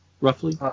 roughly